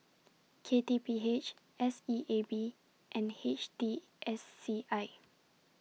K T P H S E A B and H T S C I